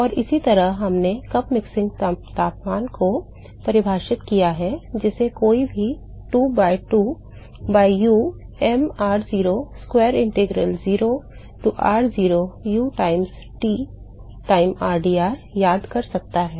और इसी तरह हमने कप मिक्सिंग तापमान को परिभाषित किया है जिसे कोई भी 2 by 2 by U m r0 square integral 0 to r0 u times T time rdr याद कर सकता है